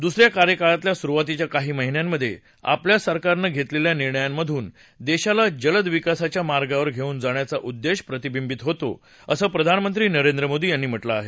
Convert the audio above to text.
दुसऱ्या कार्यकाळातल्या सुरुवातीच्या काही महिन्यांमधे आपल्या सरकारनं घेतलेल्या निर्णयांमधून देशाला जलद विकासाच्या मार्गावर धेऊन जाण्याचा उद्देश प्रतिबिंबित होतो असं प्रधानमंत्री नरेंद्र मोदी यांनी म्हटलं आहे